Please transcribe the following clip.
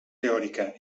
teòrica